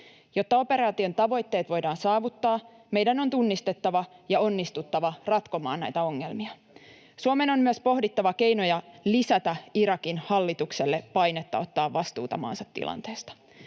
Jotta operaation tavoitteet voidaan saavuttaa, meidän on tunnistettava ja onnistuttava ratkomaan näitä ongelmia. Suomen on myös pohdittava keinoja lisätä Irakin hallitukselle painetta ottaa vastuuta maansa tilanteesta.